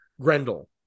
Grendel